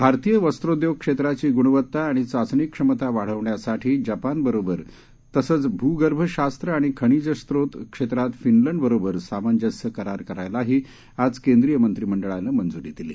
भारतीय वस्त्रोदयोग क्षेत्राची गुणवत्ता आणि चाचणीक्षमता वाढवण्यासाठी जपान बरोबर तसंच भूगर्भ शास्त्र आणि खनिजस्त्रोत क्षेत्रात फिनलंड बरोबर सामंजस्य करार करायलाही आज केंद्रीय मंत्रिमंडळानं मंज्री दिली